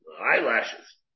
eyelashes